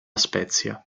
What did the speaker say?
spezia